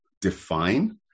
define